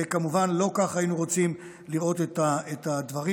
וכמובן לא כך היינו רוצים לראות את הדברים.